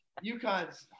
UConn's